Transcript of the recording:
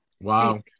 wow